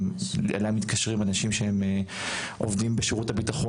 אלי מתקשרים אנשים שהם עובדים בשירות הביטחון